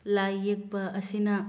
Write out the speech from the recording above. ꯂꯥꯏ ꯌꯦꯛꯄ ꯑꯁꯤꯅ